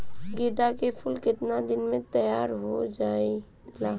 गेंदा के फूल केतना दिन में तइयार हो जाला?